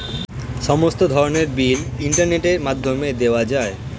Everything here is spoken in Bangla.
সমস্ত ধরনের বিল ইন্টারনেটের মাধ্যমে দেওয়া যায়